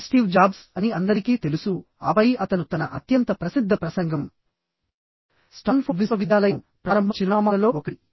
అది Steve Jobs అని అందరికీ తెలుసు ఆపై అతను తన అత్యంత ప్రసిద్ధ ప్రసంగం స్టాన్ఫోర్డ్ విశ్వవిద్యాలయం ప్రారంభ చిరునామాలలో ఒకటి